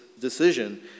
decision